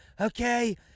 Okay